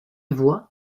voit